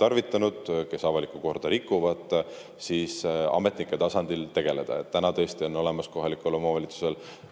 tarvitanud ja kes avalikku korda rikkuvad, ametnike tasandil tegeleda. Täna on tõesti olemas kohalikul omavalitsusel